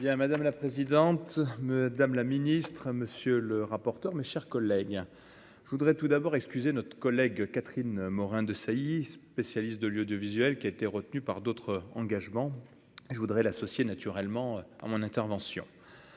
madame la présidente, dames, la ministre, monsieur le rapporteur, mes chers collègues, je voudrais tout d'abord excuser notre collègue Catherine Morin-Desailly, spécialiste de lieu de visuel qui a été retenu par d'autres engagements je voudrais l'associer naturellement à mon intervention